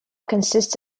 consists